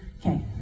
Okay